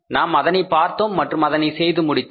நாம் அதனை பார்த்தோம் மற்றும் அதனை செய்து முடித்தோம்